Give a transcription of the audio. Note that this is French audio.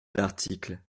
l’article